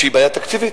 שהיא בעיה תקציבית,